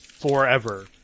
Forever